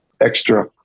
extra